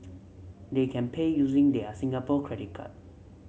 they can pay using their Singapore credit card